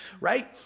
right